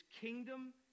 kingdom